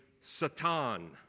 Satan